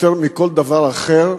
יותר מכל דבר אחר,